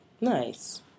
Nice